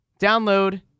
download